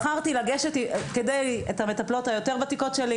בחרתי את המטפלות היותר ותיקות שלי,